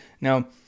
Now